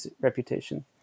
reputation